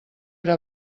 era